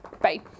Bye